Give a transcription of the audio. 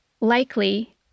likely